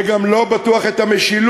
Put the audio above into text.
וגם לא בטוח, את המשילות.